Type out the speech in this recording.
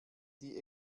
die